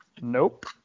Nope